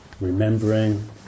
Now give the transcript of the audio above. remembering